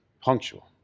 Punctual